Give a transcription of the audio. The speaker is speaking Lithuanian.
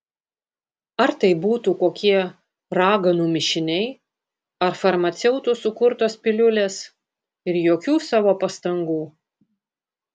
ar tai būtų kokie raganų mišiniai ar farmaceutų sukurtos piliulės ir jokių savo pastangų